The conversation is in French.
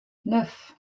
neuf